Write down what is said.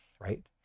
right